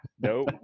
Nope